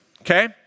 Okay